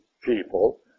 people